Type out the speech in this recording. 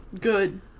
Good